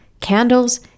candles